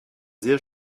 sehr